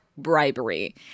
Bribery